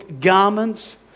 garments